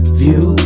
view